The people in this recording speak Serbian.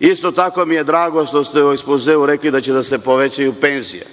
Isto tako mi je drago što ste u ekspozeu rekli da će da se povećaju penzije.